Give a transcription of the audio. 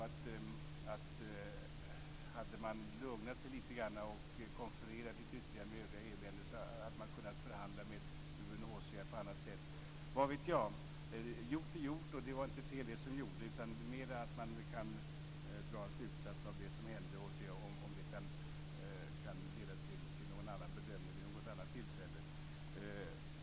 Jag har en känsla av att om man hade lugnat sig lite grann och konfererat lite ytterligare med övriga EU-länder hade man kunnat förhandla med UNHCR på annat sätt. Vad vet jag? Gjort är gjort, och det var inte fel det som gjordes. Men man kan dra en slutsats av det som hände och se om det kan leda till en annan bedömning vid något annat tillfälle.